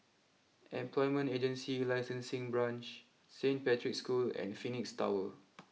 Employment Agency Licensing Branch Saint Patrick's School and Phoenix Tower